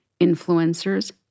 influencers